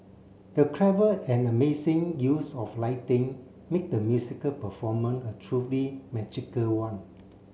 the clever and amazing use of lighting made the musical performance a truly magical one